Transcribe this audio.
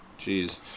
Jeez